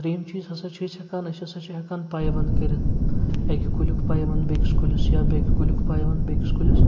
ترٛیٚیِم چیٖز ہَسا چھِ أسۍ ہٮ۪کان أسۍ ہَسا چھِ ہٮ۪کان پَیوَنٛد کٔرِتھ اَکہِ کُلیُک پَیوَنٛد بیٚیہِ کِس کُلِس یا بیٚیہِ کہِ کُلیُک پَیوَنٛد بیٚیہِ کِس کُلِس